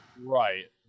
Right